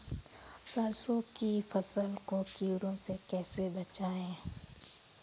सरसों की फसल को कीड़ों से कैसे बचाएँ?